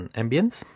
ambience